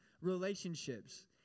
Relationships